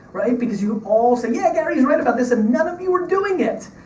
right, because you all say, yeah gary, he's right about this, and none of you are doing it!